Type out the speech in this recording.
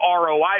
roi